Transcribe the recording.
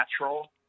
natural